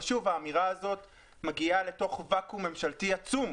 אבל שוב האמירה הזאת מגיעה לתוך ואקום ממשלתי עצום.